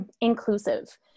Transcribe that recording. inclusive